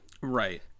Right